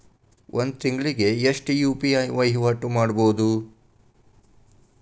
ಒಂದ್ ತಿಂಗಳಿಗೆ ಎಷ್ಟ ಯು.ಪಿ.ಐ ವಹಿವಾಟ ಮಾಡಬೋದು?